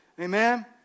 Amen